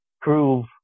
prove